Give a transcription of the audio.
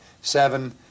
seven